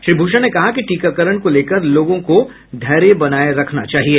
श्री भूषण ने कहा कि टीकाकरण को लेकर लोगों को धैर्य बनाये रखना चाहिए